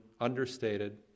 understated